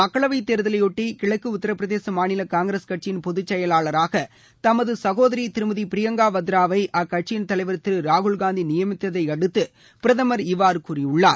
மக்களவை தேர்தலையொட்டி கிழக்கு உத்திரபிரதேச மாநில காங்கிரஸ் கட்சியிள் பொதுச் செயலாளராக தமது சகோதரி திருமதி பிரியங்கா வத்ராவை அக்கட்சியின் தலைவர் திரு ராகுல்காந்தி நியமித்ததை அடுத்து பிரதமர் இவ்வாறு கூறியுள்ளார்